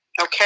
okay